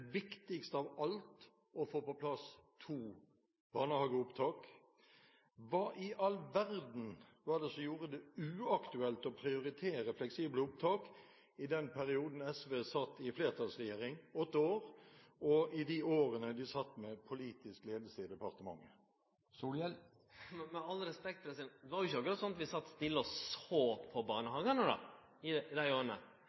viktigst av alt å få på plass to barnehageopptak. Hva i all verden var det som gjorde det uaktuelt å prioritere fleksible opptak i den perioden SV satt i flertallsregjering – åtte år – og i de årene de satt med politisk ledelse i departementet? Med all respekt: Det var jo ikkje akkurat sånn at vi satt stille og såg på